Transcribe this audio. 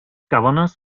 governors